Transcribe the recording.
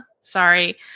Sorry